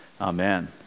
Amen